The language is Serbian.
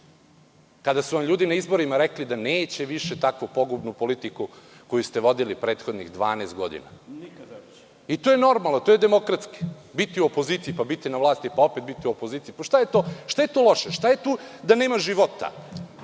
kada su vam ljudi na izborima rekli da neće više takvu pogubnu politiku koju ste vodili prethodnih 12 godina i to je normalno, to je demokratski, biti u opoziciji, pa biti na vlasti, pa opet biti u opoziciji. Šta je tu loše? Šta je tu da nema života?